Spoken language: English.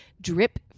drip